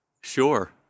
Sure